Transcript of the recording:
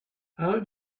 how